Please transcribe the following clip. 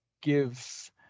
give